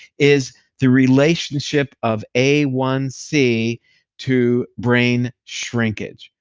is the relationship of a one c to brain shrinkage.